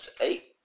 eight